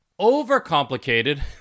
overcomplicated